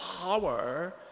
power